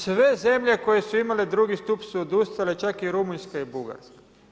Sve zemlje koje su imale drugi stup su odustale, čak i Rumunjska i Bugarska.